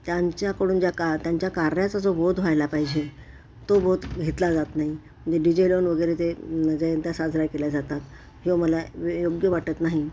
त्यांच्याकडून ज्या का त्यांच्या कार्याचा जो बोध व्हायला पाहिजे तो बोध घेतला जात नाही म्हणजे डि जे लावून वगैरे ते जयंत्या साजऱ्या केल्या जातात हे मला योग्य वाटत नाही